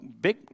big